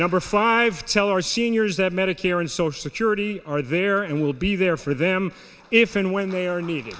number five tell our seniors that medicare and social security are there and will be there for them if and when they are needed